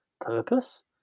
purpose